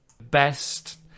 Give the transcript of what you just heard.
best